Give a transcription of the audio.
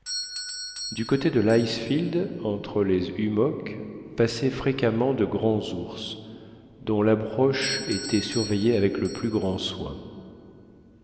du côté de l'icefield entre les hummocks passaient fréquemment de grands ours dont l'approche était surveillée avec le plus grand soin